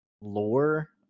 lore